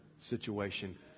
situation